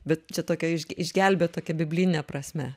bet čia tokia iš išgelbėt tokia biblijine prasme